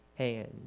hands